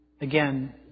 Again